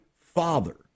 Father